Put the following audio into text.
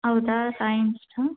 ಹೌದಾ ಸೈನ್ಸ್